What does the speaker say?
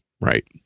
right